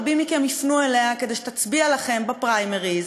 אני בטוחה שרבים מכם יפנו אליה כדי שתצביע לכם בפריימריז,